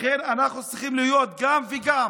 לכן אנחנו צריכים להיות גם וגם.